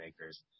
makers